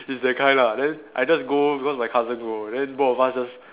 it's that kind ah then I just go because my cousin go then both of us just